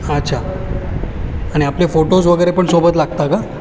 अच्छा आणि आपले फोटोज वगैरे पण सोबत लागता का